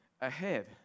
ahead